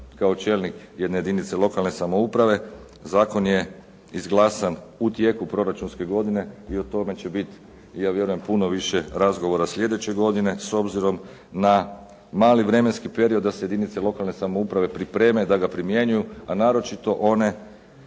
kao čelnik jedne jedinice lokalne samouprave. Zakon je izglasan u tijeku proračunske godine i o tome će biti i ja vjerujem puno više razgovora slijedeće godine s obzirom na mali vremenski period da se jedinice lokalne samouprave pripreme da ga primjenjuju, a naročito one